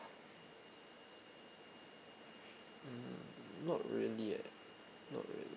not really leh not really